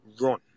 Run